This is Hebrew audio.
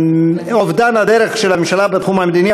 אובדן הדרך של הממשלה בתחום המדיני,